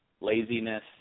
laziness